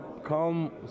Come